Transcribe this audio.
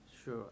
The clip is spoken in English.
Sure